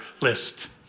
list